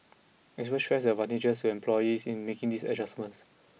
experts stressed the advantages to employers in making these adjustments